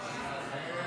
ישראל